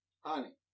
Honey